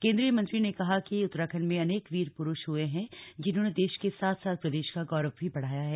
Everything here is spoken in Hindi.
केंद्रीय मंत्री ने कहा कि उत्तराखंड में अनेक वीर पुरुष हुए हैं जिन्होंने देश के साथ साथ प्रदेश का गौरव भी बढ़ाया है